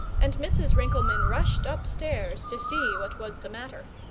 and mrs. rinkelmann rushed upstairs to see what was the matter.